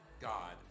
God